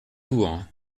bourg